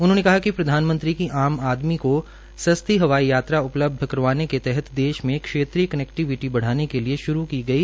उन्होंने कहा कि प्रधानमंत्री की आज आदमी को सस्ती हवाई यात्रा उपलब्ध करवाने के तहत देश में क्षेत्रीय कनैक्टीविटी बढ़ाने के लिए श्रू की गई